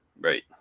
Right